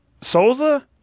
Souza